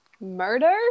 Murder